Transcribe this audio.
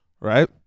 right